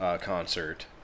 concert